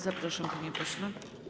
Zapraszam, panie pośle.